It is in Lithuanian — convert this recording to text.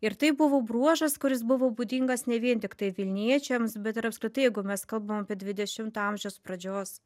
ir tai buvo bruožas kuris buvo būdingas ne vien tiktai vilniečiams bet ir apskritai jeigu mes kalbam apie dvidešimto amžiaus pradžios